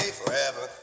forever